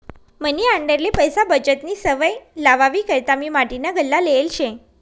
मनी आंडेरले पैसा बचतनी सवय लावावी करता मी माटीना गल्ला लेयेल शे